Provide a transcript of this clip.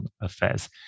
affairs